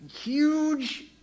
huge